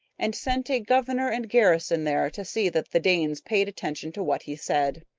and sent a governor and garrison there to see that the danes paid attention to what he said.